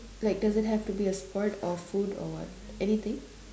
like doesn't have to be a sport or food or what anything